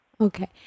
Okay